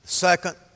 Second